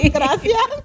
gracias